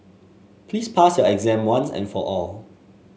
please pass your exam once and for all